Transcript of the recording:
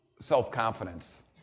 self-confidence